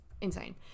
insane